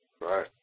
Right